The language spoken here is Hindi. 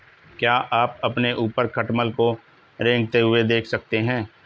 क्या आप अपने ऊपर खटमल को रेंगते हुए देख सकते हैं?